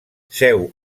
seu